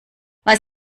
was